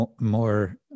more